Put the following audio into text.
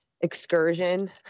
excursion